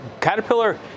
Caterpillar